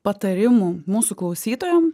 patarimų mūsų klausytojam